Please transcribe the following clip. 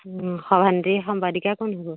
সভান্তি সম্পাদিকা কোন হ'ব